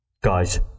guys